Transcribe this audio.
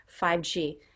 5G